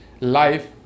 life